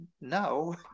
no